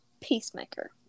peacemaker